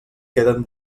queden